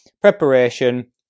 Preparation